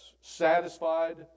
satisfied